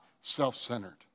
self-centered